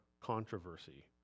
controversy